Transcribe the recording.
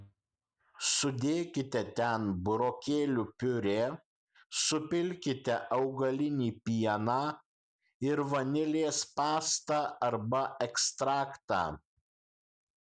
sudėkite ten burokėlių piurė supilkite augalinį pieną ir vanilės pastą arba ekstraktą